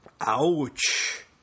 Ouch